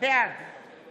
בעד